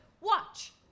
Watch